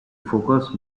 focus